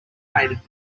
painted